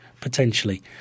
Potentially